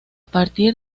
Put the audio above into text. partir